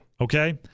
Okay